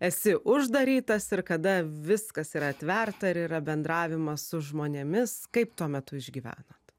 esi uždarytas ir kada viskas yra atverta ir yra bendravimas su žmonėmis kaip tuo metu išgyvenat